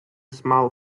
small